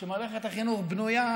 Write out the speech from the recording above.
שמערכת החינוך בנויה,